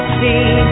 see